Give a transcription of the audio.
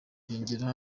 yongeraho